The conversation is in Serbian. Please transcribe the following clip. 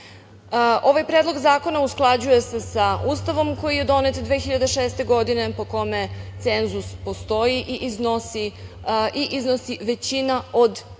Ovaj predlog zakona usklađuje se sa Ustavom koji je donet 2006. godine, po kome cenzus postoji i iznosi većina od izašlih